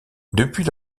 depuis